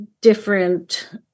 different